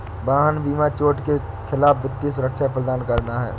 वाहन बीमा चोट के खिलाफ वित्तीय सुरक्षा प्रदान करना है